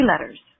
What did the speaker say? letters